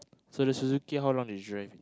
so the Suzuki how long you drive it